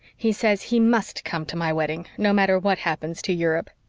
he says he must come to my wedding, no matter what happens to europe.